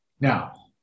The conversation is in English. Now